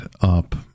up